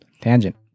Tangent